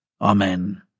Amen